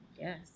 yes